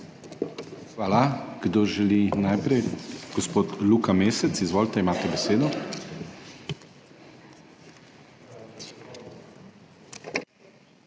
Hvala. Kdo želi najprej? Gospod Luka Mesec, izvolite. Imate besedo.